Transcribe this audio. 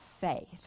faith